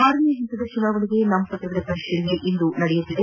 ಆರನೇ ಹಂತದ ಚುನಾವಣೆಗೆ ನಾಮಪತ್ರಗಳ ಪರಿಶೀಲನೆ ಇಂದು ನಡೆಯುತ್ತಿದೆ